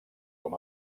com